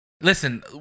Listen